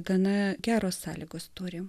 gana geros sąlygos turi